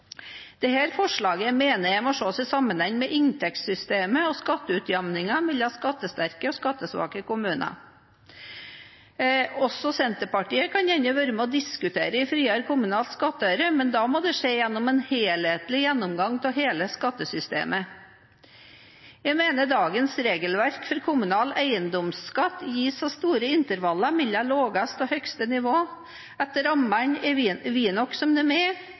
sammenheng med inntektssystemet og skatteutjamningen mellom skattesterke og skattesvake kommuner. Også Senterpartiet kan gjerne være med og diskutere en friere kommunal skattøre, men da må det skje gjennom en helhetlig gjennomgang av hele skattesystemet. Jeg mener dagens regelverk for kommunal eiendomsskatt gir så store intervaller mellom laveste og høyeste nivå at rammene er vide nok som de er